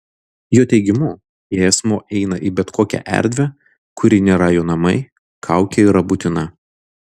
jo teigimu jei asmuo eina į bet kokią erdvę kuri nėra jo namai kaukė yra būtina